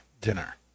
dinner